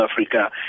Africa